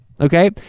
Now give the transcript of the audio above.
okay